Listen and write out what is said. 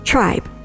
Tribe